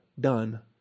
done